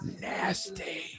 nasty